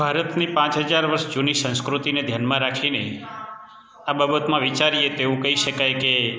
ભારતની પાંચ હજાર વર્ષ જૂની સંસ્કૃતિને ધ્યાનમાં રાખીને આ બાબતમાં વિચારીએ તો એવું કહી શકાય કે